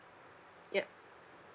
yup